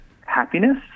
happiness